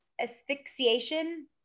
Asphyxiation